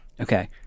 Okay